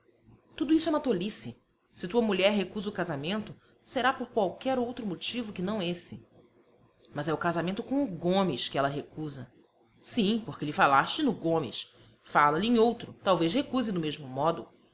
tudo isso é uma tolice se tua mulher recusa o casamento será por qualquer outro motivo que não esse mas é o casamento com o gomes que ela recusa sim porque lhe falaste no gomes fala lhe em outro talvez recuse do mesmo modo